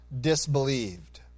disbelieved